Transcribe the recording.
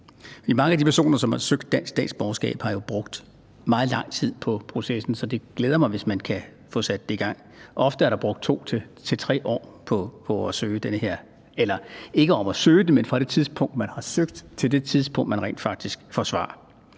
Mange af de personer, som har søgt dansk statsborgerskab, har jo brugt meget lang tid på processen, så det glæder mig, hvis man kan få sat det i gang. Ofte er der brugt 2-3 år fra det tidspunkt, man har søgt, til det tidspunkt, man rent faktisk får svar.